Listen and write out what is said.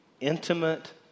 intimate